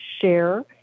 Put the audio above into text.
share